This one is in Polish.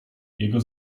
jego